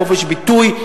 חופש ביטוי,